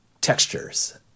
textures